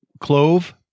Clove